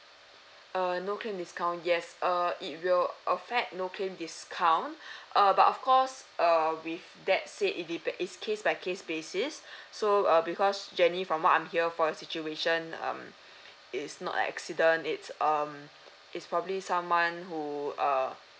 uh no claim discount yes uh it will affect no claim discount uh but of course err with that said it depe~ it's case by case basis so uh because jenny from I'm hear for your situation um it is not a accident it's um it's probably someone who uh